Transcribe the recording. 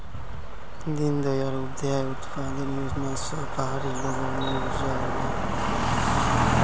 दीनदयाल उपाध्याय अंत्योदय योजना स पहाड़ी लोगक नई ऊर्जा ओले